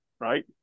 right